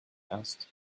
asked